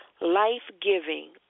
life-giving